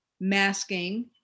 masking